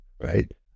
right